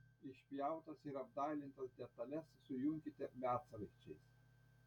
išpjautas ir apdailintas detales sujunkite medsraigčiais